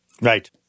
Right